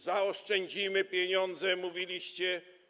Zaoszczędzimy pieniądze, mówiliście.